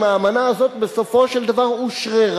אם האמנה הזאת בסופו של דבר אושררה,